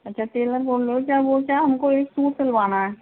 अच्छा टेलर बोल रहे हो क्या वो क्या है हमको एक सूट सिलवाना है